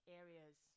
areas